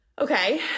Okay